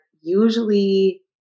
usually